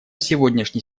сегодняшний